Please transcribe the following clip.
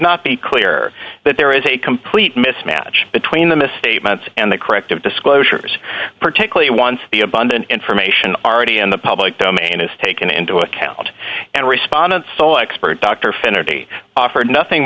not be clear that there is a complete mismatch between the misstatements and the corrective disclosures particularly once the abundant information already in the public domain is taken into account and respondents so expert dr finnerty offered nothing